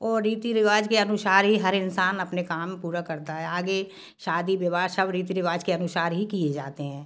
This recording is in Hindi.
और रीति रिवाज के अनुसार ही हर इंसान अपना काम पूरा करता है आगे शादी विवाह सब रीति रिवाज के अनुसार ही किए जाते हैं